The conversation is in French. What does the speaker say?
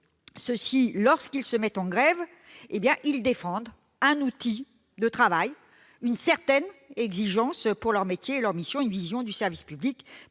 Ceux-ci, lorsqu'ils se mettent en grève, défendent leur outil de travail, une certaine exigence professionnelle, un sens de leur mission, une vision du service public.